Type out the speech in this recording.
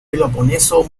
peloponeso